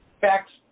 Facts